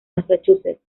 massachusetts